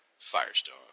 Firestone